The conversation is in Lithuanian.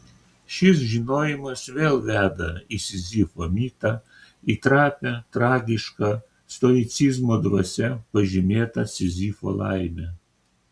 šis žinojimas vėl veda į sizifo mitą į trapią tragišką stoicizmo dvasia pažymėtą sizifo laimę